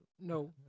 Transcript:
No